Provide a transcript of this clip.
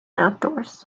outdoors